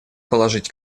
положить